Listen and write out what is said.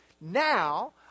now